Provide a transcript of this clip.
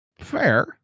Fair